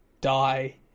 die